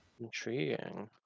intriguing